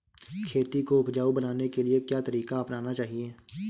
खेती को उपजाऊ बनाने के लिए क्या तरीका अपनाना चाहिए?